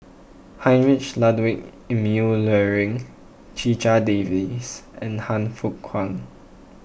Heinrich Ludwig Emil Luering Checha Davies and Han Fook Kwang